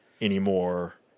anymore